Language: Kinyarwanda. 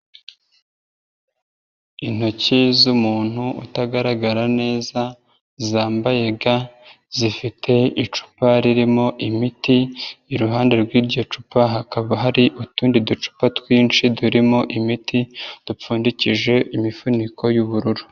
Intoki z'umuntu utagaragara neza, zambaye ga zifite icupa ririmo imiti iruhande rw'iryo cupa hakaba hari utundi ducupa twinshi turimo imiti, dupfundikije imifuniko y'ubururu.